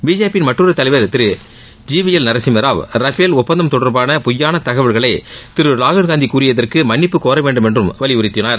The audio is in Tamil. பிஜேபியின் மற்றொரு தலைவா் Thiru G V L Narasimha Rao Rafale ஒப்பந்தம் தொடர்பான பொய்யான தகவல்களை திரு ராகுல் காந்தி கூறியதற்கு மன்னிப்பு கோரவேண்டுமென்றும் வலியுறுத்தினார்